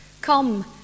Come